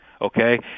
okay